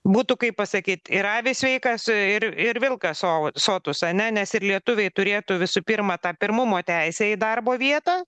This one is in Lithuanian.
būtų kaip pasakyt ir avys sveikas ir ir vilkas o sotus ane nes ir lietuviai turėtų visų pirma tą pirmumo teisę į darbo vietą